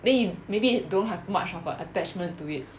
then you maybe don't have much of an attachment to it